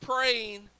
praying